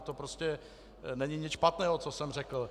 To prostě není nic špatného, co jsem řekl.